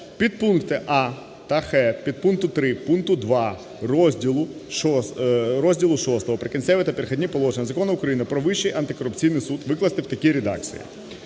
"Підпункти "а" та "х" підпункту 3 пункту 2 розділу VI "Прикінцеві та перехідні положення" Закону України "Про Вищий антикорупційний суд" викласти в такій редакції,